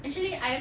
actually I have